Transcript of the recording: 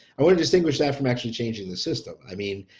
i want to distinguish that from actually changing the system. i mean,